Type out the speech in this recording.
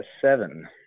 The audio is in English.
seven